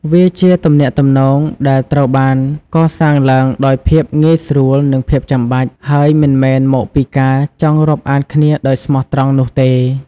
វាជាទំនាក់ទំនងដែលត្រូវបានកសាងឡើងដោយភាពងាយស្រួលនិងភាពចាំបាច់ ហើយមិនមែនមកពីការចង់រាប់អានគ្នាដោយស្មោះត្រង់នោះទេ។